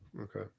Okay